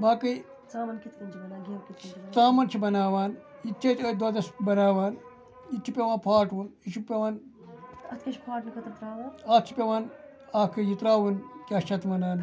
باقٕے ژامَن چھِ بَناوان یہِ تہِ چھِ أسۍ أتھۍ دۄدَس بَناوان یہِ تہِ چھِ پٮ۪وان پھاٹوُن یہِ چھِ پٮ۪وان اَتھ چھِ پٮ۪وان اَکھ یہِ ترٛاوُن کیٛاہ چھِ اَتھ وَنان